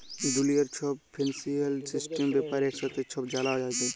দুলিয়ার ছব financial system ব্যাপারে একসাথে ছব জালা যায়